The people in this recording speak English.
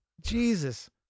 Jesus